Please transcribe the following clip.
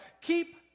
keep